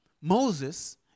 Moses